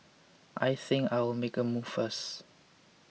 I think I'll make a move first